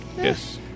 Yes